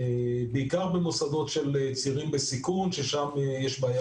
בעיקר במוסדות של צעירים בסיכון ששם יש בעיה